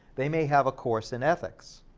they may have a course in ethics,